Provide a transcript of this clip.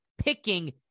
picking